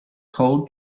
cold